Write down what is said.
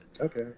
Okay